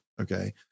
okay